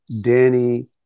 Danny